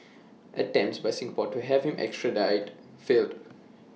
attempts by Singapore to have him extradited failed